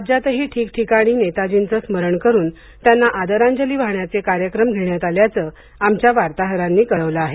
राज्यातही ठिकठिकाणी नेताजींचं स्मरण करुन त्यांना आदरांजली वाहण्याचे कार्यक्रम घेण्यात आल्याचं आमच्या वार्ताहरांनी कळवलं आहे